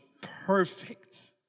perfect